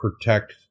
protect